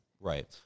Right